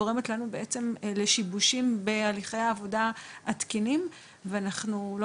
גורמת לנו בעצם לשיבושים בהליכי העבודה התקינים ואנחנו לא